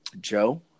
Joe